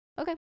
okay